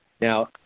Now